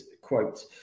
quote